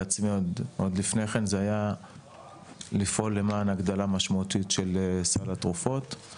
עצמי עוד לפני כן זה היה לפעול למען הגדלה משמעותית של סל התרופות,